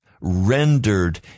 rendered